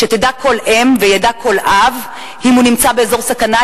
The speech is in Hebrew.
שתדע כל אם וידע כל אב אם הוא נמצא באזור סכנה,